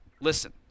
listen